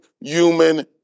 human